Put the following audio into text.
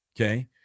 Okay